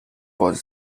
was